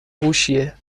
هوشیه